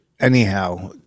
Anyhow